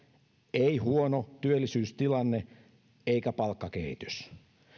ei huono työllisyystilanne eikä palkkakehitys